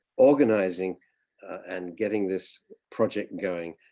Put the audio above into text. organizing and getting this project and going.